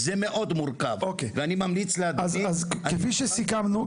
זה מאוד מורכב ואני ממליץ --- אז כפי שסיכמנו,